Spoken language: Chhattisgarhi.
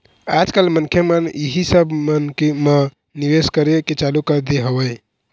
आज कल मनखे मन इही सब मन म निवेश करे के चालू कर दे हवय